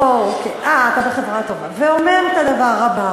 אה, אתה בחברה טובה, ואומר את הדבר הבא: